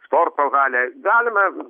sporto halė galima